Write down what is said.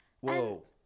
Whoa